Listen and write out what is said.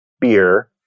Beer